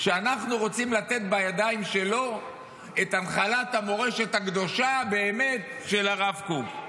שאנחנו רוצים לתת בידיים שלו את הנחלת המורשת הקדושה באמת של הרב קוק.